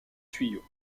tuyaux